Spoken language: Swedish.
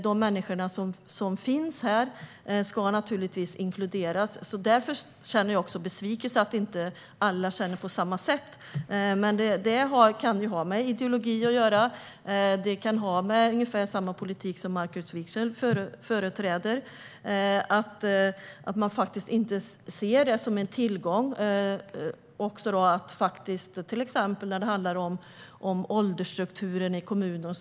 De människor som finns här ska naturligtvis inkluderas. Därför är jag besviken över att alla inte känner på samma sätt. Men det kan ha med ideologi att göra. Det kan också ha att göra med den politik som Markus Wiechel före-träder. Man ser det inte som en tillgång när det handlar om åldersstrukturen i kommunerna.